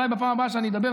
אולי בפעם הבאה שאני אדבר,